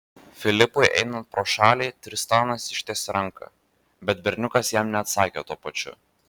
filipui einant pro šalį tristanas ištiesė ranką bet berniukas jam neatsakė tuo pačiu